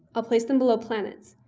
i'll place them below planets.